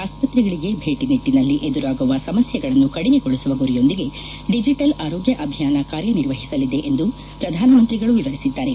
ಆಸ್ಪತ್ರೆಗಳಿಗೆ ಭೇಟ ನಿಟ್ಟನಲ್ಲಿ ಎದುರಾಗುವ ಸಮಸ್ಥೆಗಳನ್ನು ಕಡಿಮೆಗೊಳಿಸುವ ಗುರಿಯೊಂದಿಗೆ ಡಿಜೆಟಲ್ ಆರೋಗ್ಯ ಅಭಿಯಾನ ಕಾರ್ಯನಿರ್ವಹಿಸಲಿದೆ ಎಂದು ಪ್ರಧಾನಮಂತ್ರಿಗಳು ವಿವರಿಸಿದ್ದಾರೆ